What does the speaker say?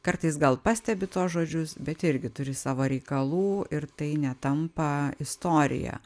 kartais gal pastebi tuos žodžius bet irgi turi savo reikalų ir tai netampa istorija